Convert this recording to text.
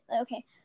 Okay